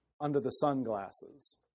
under-the-sunglasses